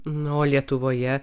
na o lietuvoje